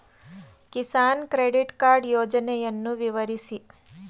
Kisan credit card ಯೋಜನೆಯನ್ನು ವಿವರಿಸಿ?